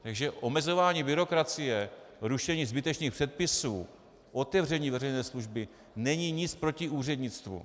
Takže omezování byrokracie, rušení zbytečných předpisů, otevření veřejné služby není nic proti úřednictvu.